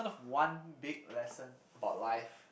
one big lesson about life